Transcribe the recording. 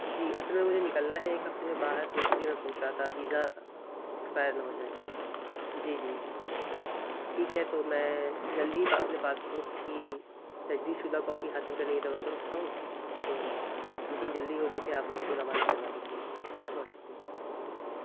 جی اصل میں مجھے نکلنا ہے ایک ہفتے میں باہر تو اس لیے میں پوچھ رہا تھا ویزا ایکسپائر نہ ہو جائے جی جی جی ٹھیک ہے تو میں جلد ہی اپنے پاسپورٹ کی تجدیید شدہ کاپی حاصل کرنے کی توقعہ رختا ہوں تو جتنی جلدی ہو سکے آپ اس کو روانہ کروا دیجیے گا بہت شکریہ